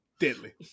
Deadly